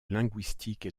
linguistique